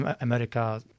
America